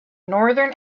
northern